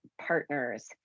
partners